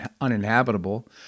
uninhabitable